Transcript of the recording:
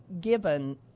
given